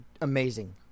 amazing